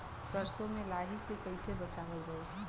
सरसो में लाही से कईसे बचावल जाई?